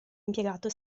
impiegato